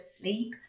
sleep